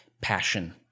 passion